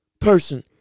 person